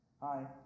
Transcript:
Hi